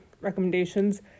recommendations